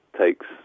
takes